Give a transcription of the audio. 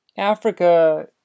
Africa